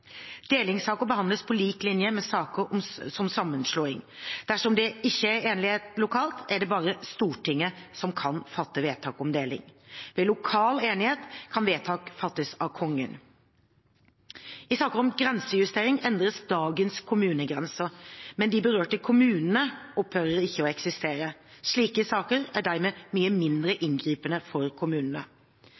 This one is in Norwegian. Delingssaker behandles på lik linje med saker om sammenslåing. Dersom det ikke er enighet lokalt, er det bare Stortinget som kan fatte vedtak om deling. Ved lokal enighet kan vedtak fattes av Kongen. I saker om grensejustering endres dagens kommunegrenser, men de berørte kommunene opphører ikke å eksistere. Slike saker er dermed mye mindre inngripende for kommunene.